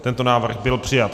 Tento návrh byl přijat.